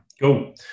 Cool